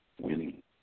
winning